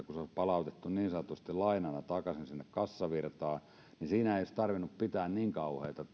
kun se alvi olisi palautettu niin sanotusti lainana takaisin sinne kassavirtaan niin siinä ei olisi tarvinnut pitää niin kauhean